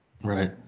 Right